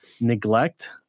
neglect